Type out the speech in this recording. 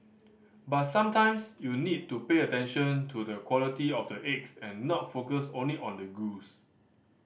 but sometimes you need to pay attention to the quality of the eggs and not focus only on the goose